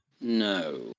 no